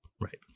Right